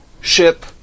ship